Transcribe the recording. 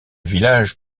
village